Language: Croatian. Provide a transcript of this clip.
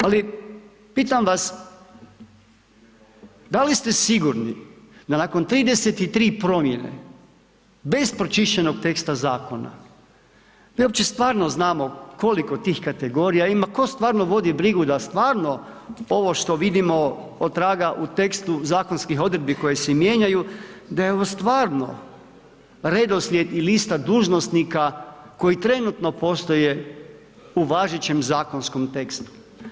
Ali pitam vas da li ste sigurni da nakon 33 promjene bez pročišćenog teksta zakona mi uopće stvarno znamo koliko tih kategorija ima, tko stvarno vodi brigu da stvarno ovo što vidimo otraga u tekstu zakonskih odredbi koje se i mijenjaju da je ovo stvarno redoslijed i lista dužnosnika koji trenutno postoje u važećem zakonskom tekstu.